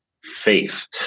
faith